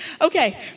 Okay